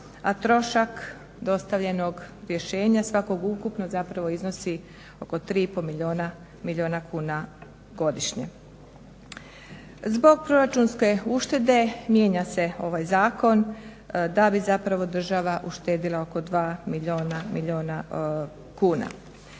a trošak dostavljenog rješenja svakog ukupno zapravo iznosi oko 3,5 milijuna kuna godišnje. Zbog proračunske uštede mijenja se ovaj zakon da bi zapravo država uštedila oko 2 milijuna kuna.